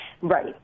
Right